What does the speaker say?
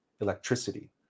electricity